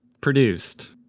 produced